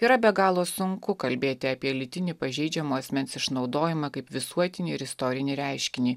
yra be galo sunku kalbėti apie lytinį pažeidžiamo asmens išnaudojimą kaip visuotinį ir istorinį reiškinį